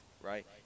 right